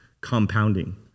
compounding